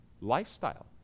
lifestyle